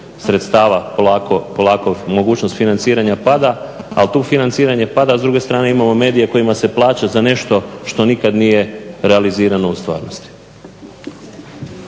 sredstava polako mogućnost financiranja pada, ali tu financiranje pada, a s druge strane imamo medije kojima se plaća za nešto što nikad nije realizirano u stvarnosti.